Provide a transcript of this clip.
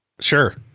Sure